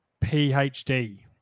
PhD